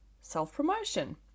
self-promotion